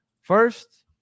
first